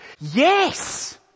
yes